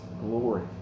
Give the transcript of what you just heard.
glory